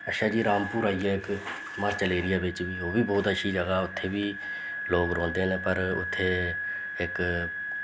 अच्छा जी रामपुर आई गेआ इक म्हाचल ऐरिये बिच्च ओह् बी बोह्त अच्छी जगह् उत्थें बी लोग रौंह्दे न पर उत्थें इक